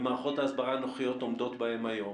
ומערכות ההסברה הנוכחיות עומדות בהן היום,